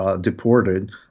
deported